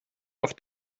auf